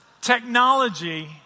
Technology